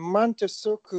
man tiesiog